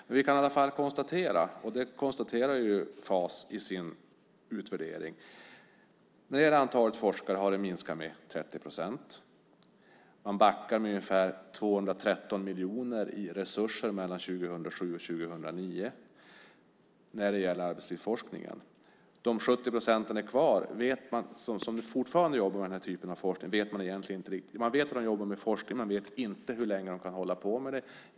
Vi kan i alla fall konstatera, och det gör Fas i sin utvärdering, att antalet forskare har minskat med 30 procent. Man backar med ungefär 213 miljoner i resurser mellan 2007 och 2009 när det gäller arbetslivsforskningen. Man vet inte hur länge de 70 procent som är kvar och som fortfarande jobbar med denna typ av forskning kan hålla på med det.